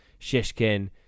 Shishkin